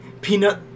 Peanut